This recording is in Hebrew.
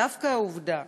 דווקא בגלל העובדה